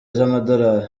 z’amadolari